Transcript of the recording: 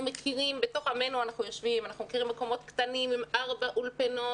בתוך עמנו אנחנו יושבים ואנחנו מכירים מקומות קטנים עם ארבע אולפנות